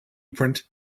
print